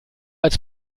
als